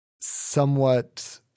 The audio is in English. somewhat